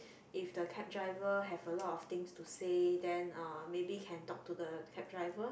if the cab driver have a lot of things to say then uh maybe can talk to the cab driver